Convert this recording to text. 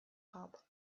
hop